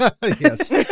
Yes